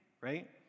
right